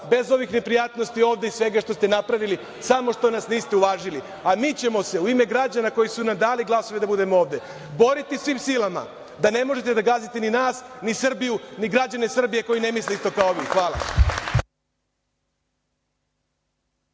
bez ovih neprijatnosti ovde i svega što ste napravili, samo što nas niste uvažili, a mi ćemo se u ime građana koji su nam dali glasove da budemo ovde, boriti svim silama da ne možete da gazite ni nas, ni Srbiju, ni građane Srbije koji ne misle isto kao vi. Hvala.